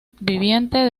viviente